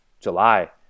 july